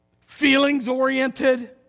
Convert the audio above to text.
feelings-oriented